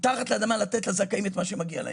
אנחנו צריכים מתחת לאדמה לתת לזכאים את מה שמגיע להם.